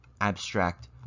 abstract